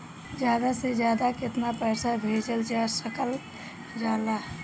ज्यादा से ज्यादा केताना पैसा भेजल जा सकल जाला?